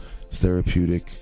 therapeutic